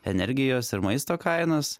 energijos ir maisto kainas